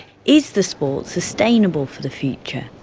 is the sport sustainable for the future?